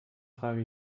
trage